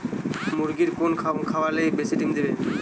মুরগির কোন খাবার খাওয়ালে বেশি ডিম দেবে?